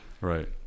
right